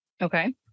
Okay